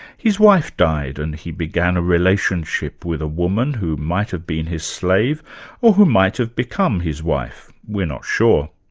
his wife died and he began a relationship with a woman who might have been his slave or who might have become his wife we're not sure.